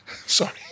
Sorry